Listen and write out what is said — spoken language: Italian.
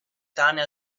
tane